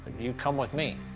you come with me.